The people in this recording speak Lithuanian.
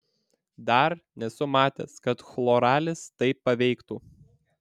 dar nesu matęs kad chloralis taip paveiktų